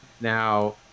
Now